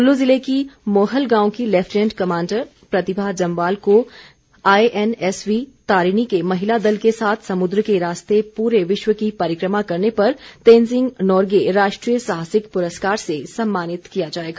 कुल्लू जिले की मोहल गांव की लैफ्टिनेंट कमांडर प्रतिभा जम्वाल को आईएनएसवी तारिणी के महिला दल के साथ समुद्र के रास्ते पूरे विश्व की परिक्रमा करने पर तेंजिंग नोर्गे राष्ट्रीय साहसिक पुरस्कार से सम्मानित किया जाएगा